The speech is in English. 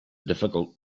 difficult